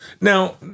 Now